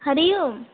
हरिः ओम्